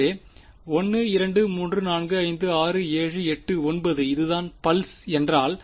எனவே 1 2 3 4 5 6 7 8 9 இதுதான் பல்ஸ் என்றால்